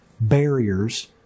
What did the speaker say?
barriers